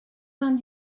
vingt